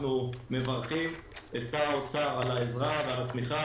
אנחנו מברכים את שר האוצר על העזרה ועל התמיכה,